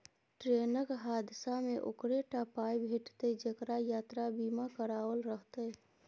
ट्रेनक हादसामे ओकरे टा पाय भेटितै जेकरा यात्रा बीमा कराओल रहितै